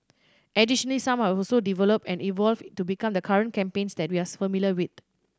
additionally some have also developed and evolved to become the current campaigns that we are familiar with